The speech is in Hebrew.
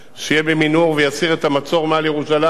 שיהיה במנהור ויסיר את המצור מעל ירושלים,